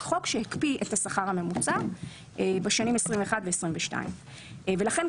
חוק שהקפיא את השכר הממוצע בשנים 21 ו-22 ולכן,